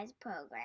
program